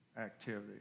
activity